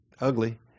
ugly